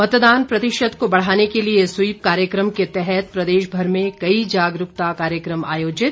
मतदान प्रतिशत को बढ़ाने के लिए स्वीप कार्यक्रम के तहत प्रदेश भर में कई जागरूकता कार्यक्रम आयोजित